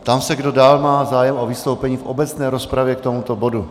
Ptám se, kdo dál má zájem o vystoupení v obecné rozpravě k tomuto bodu.